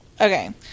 Okay